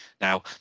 now